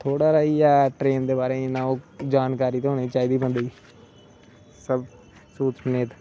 थोह्ड़ा सा ही ऐ ट्रैन दे बारे च जानकारी ते होने गै चाहिदी बंदे च सब